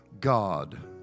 God